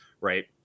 right